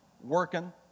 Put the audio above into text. working